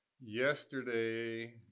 yesterday